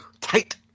Tight